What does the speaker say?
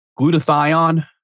glutathione